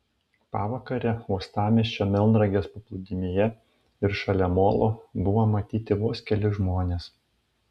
pavakarę uostamiesčio melnragės paplūdimyje ir šalia molo buvo matyti vos keli žmonės